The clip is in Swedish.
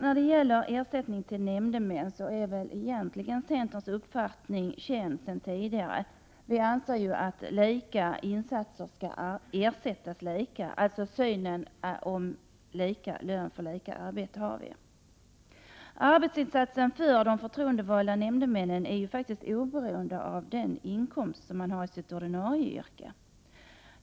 När det gäller ersättning till nämndemännen är centerns uppfattning känd sedan tidigare. Vi anser att lika insatser skall ersättas lika. Vår syn innebär alltså lika lön för lika arbete. Arbetsinsatsen för de förtroendevalda nämndemännen är oberoende av den inkomst de har i sitt ordinarie yrke.